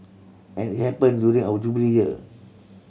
and it happen during our Jubilee Year